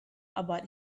about